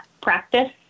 practice